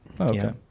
okay